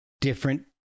different